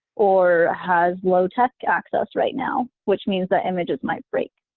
or has low tech access right now, which means that images might break.